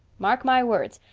mark my words,